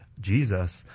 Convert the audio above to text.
Jesus